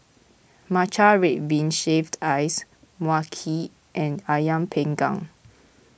Matcha Red Bean Shaved Ice Mui Kee and Ayam Panggang